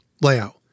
layout